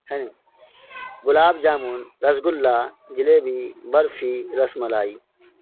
ہیں گلاب جامن رس گلا جلیبی برفی رس ملائی